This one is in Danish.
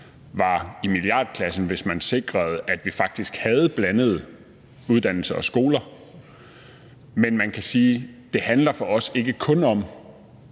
var i milliardklassen, hvis man sikrede, at vi faktisk havde blandede uddannelser og skoler. Men man kan sige, at det for os ikke